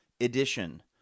edition